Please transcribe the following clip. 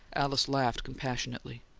alice laughed compassionately.